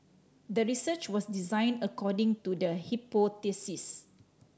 the research was designed according to the hypothesis